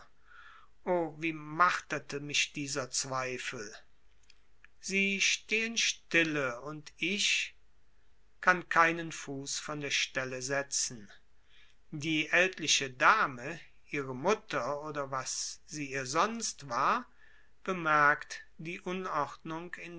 o wie marterte mich dieser zweifel sie stehen stille und ich kann keinen fuß von der stelle setzen die ältliche dame ihre mutter oder was sie ihr sonst war bemerkt die unordnung